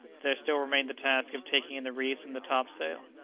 there still remained the task of taking in the reefs in the top-sail.